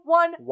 one